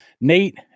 Nate